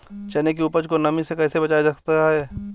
चने की उपज को नमी से कैसे बचाया जा सकता है?